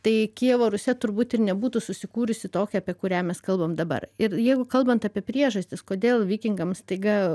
tai kijevo rusia turbūt ir nebūtų susikūrusi tokia apie kurią mes kalbam dabar ir jeigu kalbant apie priežastis kodėl vikingams staiga